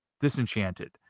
disenchanted